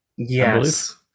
yes